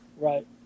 Right